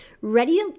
Ready